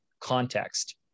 context